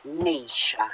Nisha